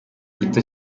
gito